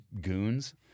goons